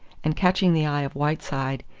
and catching the eye of whiteside,